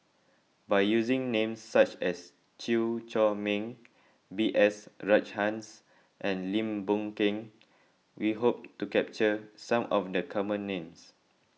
by using names such as Chew Chor Meng B S Rajhans and Lim Boon Keng we hope to capture some of the common names